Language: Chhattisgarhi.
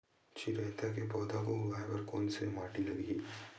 चिरैता के पौधा को उगाए बर कोन से माटी लगही?